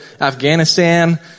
Afghanistan